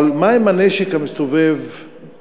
אבל מה עם הנשק המסתובב ברחובות?